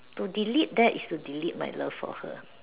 to delete that is to delete my love for her